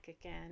again